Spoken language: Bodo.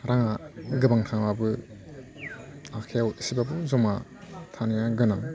राङा गोबां थांब्लाबो आखाइयाव एसेब्लाबो जमा थानाया गोनां